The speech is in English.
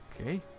Okay